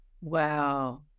Wow